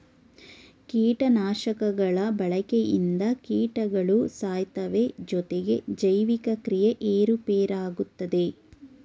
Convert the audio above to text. ಕೀಟನಾಶಕಗಳ ಬಳಕೆಯಿಂದ ಕೀಟಗಳು ಸಾಯ್ತವೆ ಜೊತೆಗೆ ಜೈವಿಕ ಕ್ರಿಯೆ ಏರುಪೇರಾಗುತ್ತದೆ